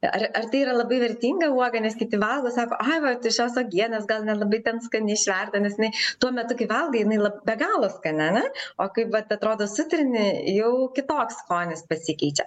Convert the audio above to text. ar ar tai yra labai vertinga uoga nes kiti valgo sako ai va iš jos uogienės gal nelabai ten skani išverda nes jinai tuo metu kai valgai jinai lab be galo skani ar ne o kaip vat atrodo sutrini jau kitoks skonis pasikeičia